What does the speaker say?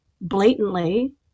blatantly